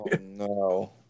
no